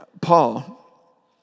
Paul